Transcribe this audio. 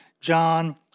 John